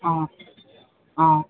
ஆ ஆ